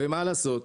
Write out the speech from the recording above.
ומה לעשות,